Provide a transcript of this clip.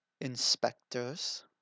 Inspectors